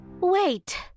Wait